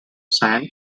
sand